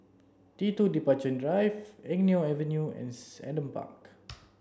T two Departure Drive Eng Neo Avenue and Park